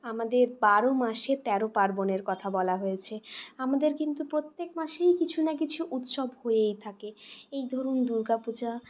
আমাদের বারো মাসে তেরো পার্বণের কথা বলা হয়েছে আমাদের কিন্তু প্রত্যেক মাসেই কিছু না কিছু উৎসব হয়েই থাকে এই ধরুন দুর্গা পূজা